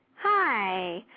Hi